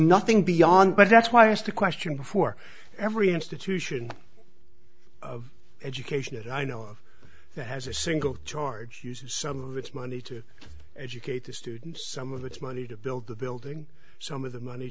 nothing beyond but that's why i asked the question before every institution of education that i know of that has a single charge some of it's money to educate the students some of it's money to build the building so me the money